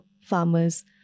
farmers